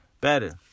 better